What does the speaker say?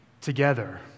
together